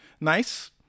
Nice